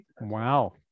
wow